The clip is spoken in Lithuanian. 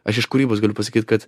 aš iš kūrybos galiu pasakyt kad